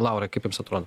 laura kaip jums atrodo